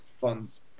funds